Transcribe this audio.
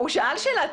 הוא שאל שאלה,